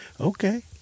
Okay